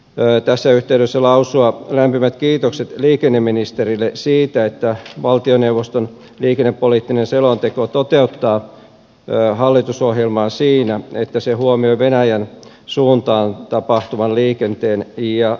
haluan tässä yhteydessä myös lausua lämpimät kiitokset liikenneministerille siitä että valtioneuvoston liikennepoliittinen selonteko toteuttaa hallitusohjelmaa siinä että se huomioi venäjän suuntaan tapahtuvan liikenteen ja sen parannustarpeet